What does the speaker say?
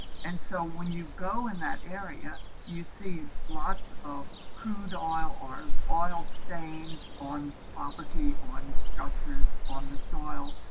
and so when you go in that area you see lots of crude oil or oil stains on property, on sculptures, on the soil.